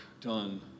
done